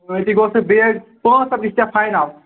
پانٛژھ ہَتھ گٔژھہِ ژےٚ فاینَل